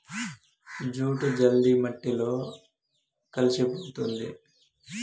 jute జల్ది మట్టిలో కలిసిపోతుంది